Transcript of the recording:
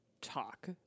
talk